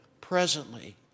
presently